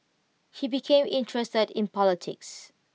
he became interested in politics